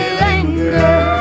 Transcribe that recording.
linger